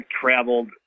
traveled